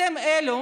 אתם אלו